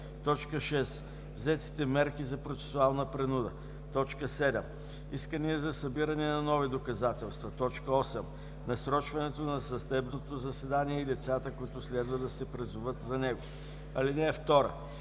6. взетите мерки за процесуална принуда; 7. искания за събиране на нови доказателства; 8. насрочването на съдебното заседание и лицата, които следва да се призоват за него. (2) Съдът